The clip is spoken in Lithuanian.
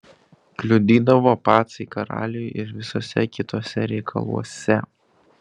kliudydavo pacai karaliui ir visuose kituose reikaluose